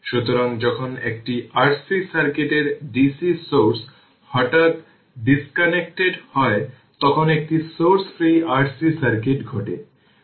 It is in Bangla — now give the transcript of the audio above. সুতরাং t τ vτ v0 e এর পাওয়ার 1 যা আমি বলেছি 0368 v0 হবে তার মানে এটি 0368 v0